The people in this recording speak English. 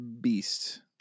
Beast